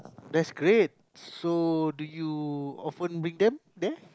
that's great so do you often bring them there